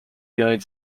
united